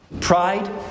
Pride